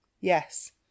Yes